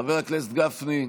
חבר הכנסת גפני,